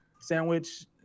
sandwich